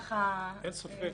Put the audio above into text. אין ספק